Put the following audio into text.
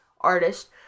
artist